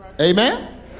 Amen